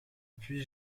puis